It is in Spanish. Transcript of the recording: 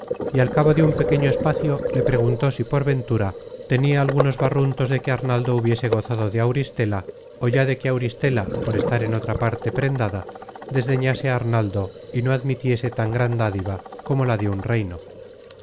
y al cabo de un pequeño espacio le preguntó si por ventura tenia algunos barruntos de que arnaldo hubiese gozado de auristela ó ya de que auristela por estar en otra parte prendada desdeñase á arnaldo y no admitiese tan gran dádiva como la de un reino